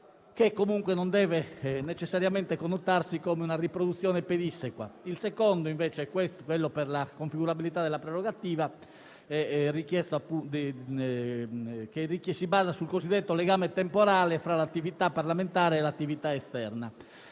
Il secondo requisito per la configurabilità della prerogativa si basa sul cosiddetto legame temporale fra l'attività parlamentare e quella esterna.